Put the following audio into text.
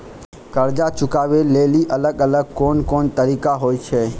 कर्जा चुकाबै लेली अलग अलग कोन कोन तरिका होय छै?